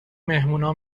مهمونها